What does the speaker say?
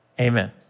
Amen